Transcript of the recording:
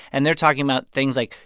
and they're talking about things like,